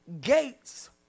Gates